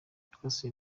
twasuye